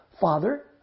Father